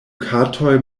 katoj